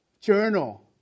journal